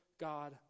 God